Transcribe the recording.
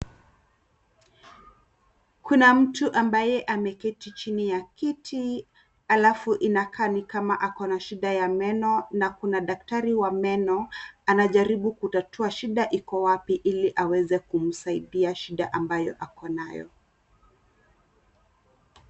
Kuna mtu ambaye ameketi chini ya kiti alafu inakaa ni kama akona shida ya meno ,na Kuna daktari wa meno anajaribu kutatua shida iko wapi iliaweze kumsaidia shida ambayo ako nayo.